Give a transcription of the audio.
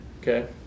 okay